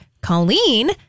Colleen